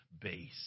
base